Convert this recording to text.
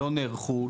לא נערכו,